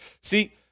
See